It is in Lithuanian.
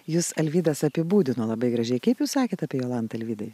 jus alvydas apibūdino labai gražiai kaip jūs sakėte apie jolantą alvydai